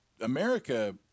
America